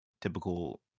Typical